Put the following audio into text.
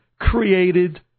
created